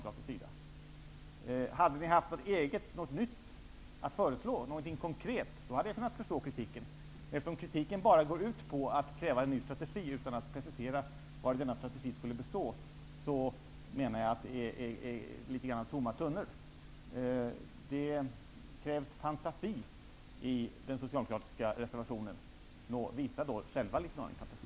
Om ni hade haft något eget, nytt och konkret att föreslå hade jag kunnat förstå kritiken. Men eftersom kritiken bara går ut på att kräva en ny strategi utan att precisera vari denna strategi skulle bestå menar jag att det är litet grand tomma tunnor som skramlar. Det krävs fantasi i den socialdemokratiska reservationen. Visa då själva litet fantasi!